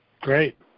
Great